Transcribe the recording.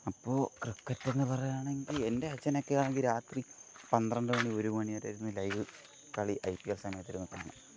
അപ്പോൾ ക്രിക്കറ്റെന്നു പറയുകയാണെങ്കിൽ എൻ്റെ അച്ഛനെയൊക്കെ ആണെങ്കിൽ രാത്രി പന്ത്രണ്ട് മണി ഒരു മണി വരെ ഇരുന്ന് ലൈവ് കളി ഐ പി എസ് അങ്ങനെ എന്തെങ്കിലും ഇരുന്നു കാണും